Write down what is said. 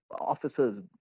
officers